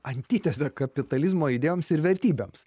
antitezė kapitalizmo idėjoms ir vertybėms